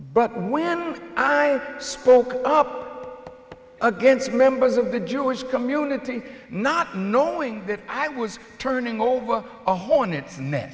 but when i spoke up against members of the jewish community not knowing that i was turning over a hornet's nest